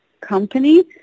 company